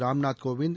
Ramnath Kovind